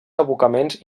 abocaments